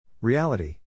Reality